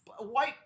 White